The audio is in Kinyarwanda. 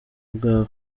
bwawe